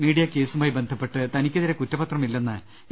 media കേസുമായി ബന്ധപ്പെട്ട് തനിക്കെതിരേ കുറ്റപത്രം ഇല്ലെന്ന് എ